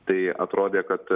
tai atrodė kad